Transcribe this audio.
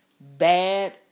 bad